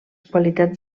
qualitats